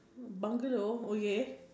bungalow okay